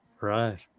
right